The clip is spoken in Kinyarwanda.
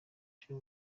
cyo